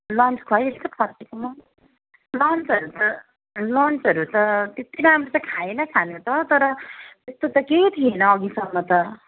lunch खुवाइवरी त फर्केको म लन्चहरू त लन्चहरू त त्यति राम्रो त खाएन खान त तर त्यस्तो त केही थिएन अघिसम्म त